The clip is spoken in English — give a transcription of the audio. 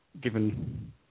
given